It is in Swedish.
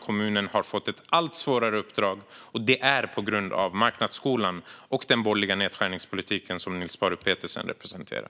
Kommunen har fått ett allt svårare uppdrag, och det är på grund av marknadsskolan och den borgerliga nedskärningspolitik som Niels Paarup-Petersen representerar.